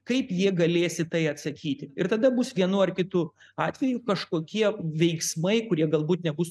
kaip jie galės į tai atsakyti ir tada bus vienu ar kitu atveju kažkokie veiksmai kurie galbūt nebus